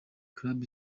club